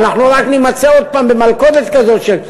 ואנחנו רק נימצא עוד הפעם במלכודת כזאת של,